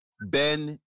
Ben